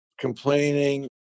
Complaining